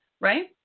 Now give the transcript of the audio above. Right